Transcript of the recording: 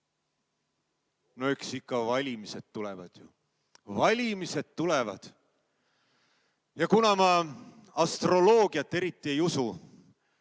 No eks ikka valimised tulevad. Valimised tulevad! Ja kuna ma astroloogiasse eriti ei usu,